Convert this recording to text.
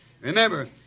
remember